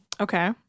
Okay